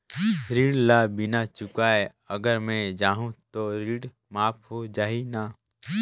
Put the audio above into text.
ऋण ला बिना चुकाय अगर मै जाहूं तो ऋण माफ हो जाही न?